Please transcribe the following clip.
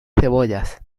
cebollas